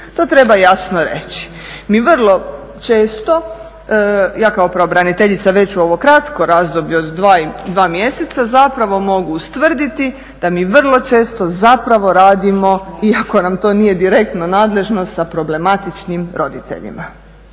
To treba jasno reći. Mi vrlo često, ja kao pravobraniteljica već u ovo kratko razdoblje od 2 mjeseca zapravo mogu ustvrditi da mi vrlo često zapravo radimo, iako nam to nije direktno nadležnost, sa problematičnim roditeljima,